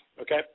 okay